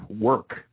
Work